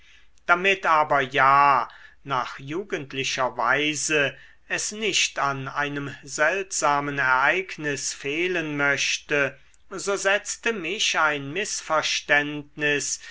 damit aber ja nach jugendlicher weise es nicht an einem seltsamen ereignis fehlen möchte so setzte mich ein mißverständnis